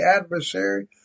adversary